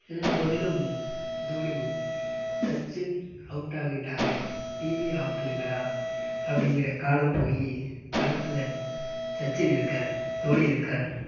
இருந்தபோதிலும் தோனி சச்சின் அவுட் ஆயிட்டாங்க டிவியை ஆப் பண்ணுங்கடா அப்படிங்குற காலம் போய் களத்தில் சச்சின் இருக்கார் தோனி இருக்கார்